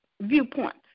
viewpoints